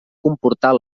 comportar